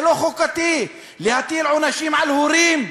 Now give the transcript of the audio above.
זה לא חוקתי להטיל עונשים על הורים,